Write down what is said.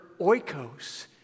oikos